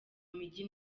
mijyi